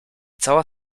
cała